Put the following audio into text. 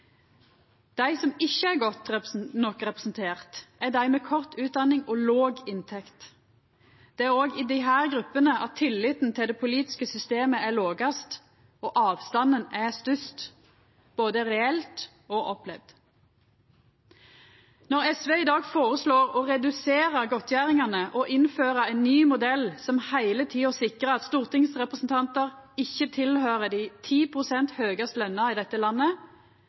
Dei som ikkje er godt nok representerte, er dei med kort utdanning og låg inntekt. Det er òg i desse gruppene tilliten til det politiske systemet er lågast og avstanden størst, både reelt og opplevd. Når SV i dag føreslår å redusera godtgjeringane og innføra ein ny modell som heile tida sikrar at stortingsrepresentantar ikkje tilhøyrer dei 10 pst. høgast lønte i dette landet,